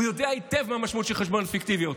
הוא יודע היטב מהי המשמעות של חשבוניות פיקטיביות,